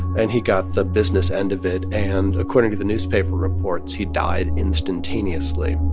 and he got the business end of it. and according to the newspaper reports, he died instantaneously